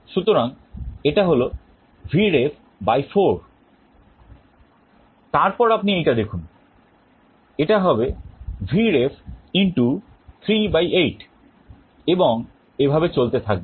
সুতরাং এটা হল Vref 4 তারপর আপনি এইটা দেখুন এটা হবে Vref 3 8 এবং এভাবে চলতে থাকবে